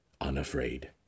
Unafraid